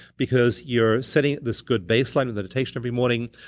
because you're setting this good baseline of meditation every morning.